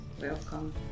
Welcome